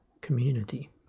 community